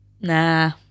Nah